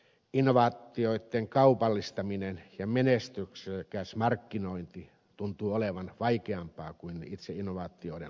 innovaatioitten kaupallistaminen ja menestyksekäs markkinointi tuntuu olevan vaikeampaa kuin itse innovaatioiden luominen